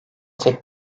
tek